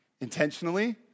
intentionally